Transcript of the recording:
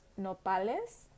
nopales